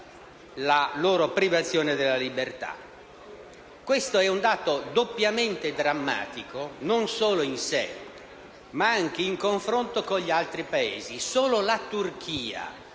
la loro privazione della libertà.